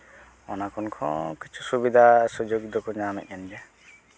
ᱚᱱᱟ ᱠᱷᱚᱱ ᱠᱚ ᱠᱤᱪᱷᱩ ᱥᱩᱵᱤᱫᱷᱟ ᱥᱩᱡᱚᱜ ᱫᱚᱠᱚ ᱧᱟᱢᱮᱜ ᱠᱟᱱ ᱜᱮᱭᱟ